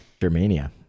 Germania